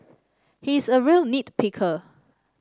he is a real nit picker